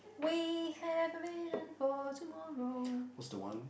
we have a vision for tomorrow